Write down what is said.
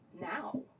now